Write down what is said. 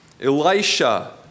Elisha